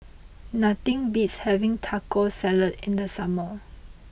nothing beats having Taco Salad in the summer